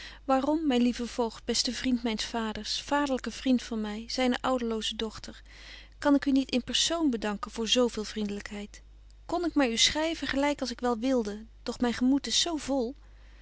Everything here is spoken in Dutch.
myn lieve voogd beste vriend myns braven vaders vaderlyke vriend van my zyne ouderlooze dochter kan ik u niet in persoon bedanken voor zo veel vriendelykheid kon ik maar u schryven gelyk als ik wel wilde doch myn gemoed is zo vol